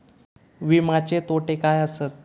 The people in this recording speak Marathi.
विमाचे तोटे काय आसत?